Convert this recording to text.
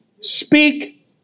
Speak